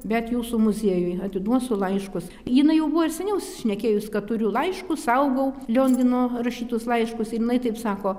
bet jūsų muziejui atiduosiu laiškus jinai jau buvo ir seniau šnekėjus kad turiu laiškus saugau liongino rašytus laiškus ir jinai taip sako